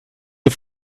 the